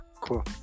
Cool